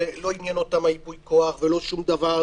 ולא עניין אותם הייפוי כוח ולא שום דבר,